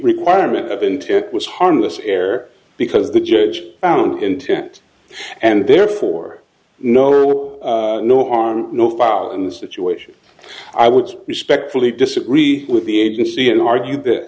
requirement of intent was harmless error because the judge found intent and therefore no no harm no foul in the situation i would respectfully disagree with the agency and argue